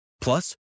Plus